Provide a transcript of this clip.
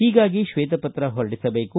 ಹೀಗಾಗಿ ಶ್ವೇತ ಪತ್ರ ಹೊರಡಿಸಬೇಕು